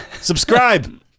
Subscribe